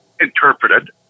interpreted